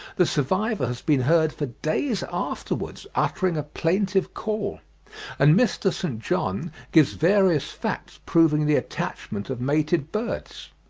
the survivor has been heard for days afterwards uttering a plaintive call and mr. st. john gives various facts proving the attachment of mated birds.